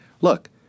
look